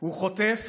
הוא חוטף